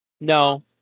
No